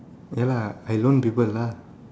ya lah I loan people lah